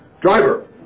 Driver